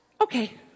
Okay